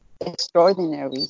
extraordinary